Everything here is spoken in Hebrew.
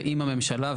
ואם הממשלה,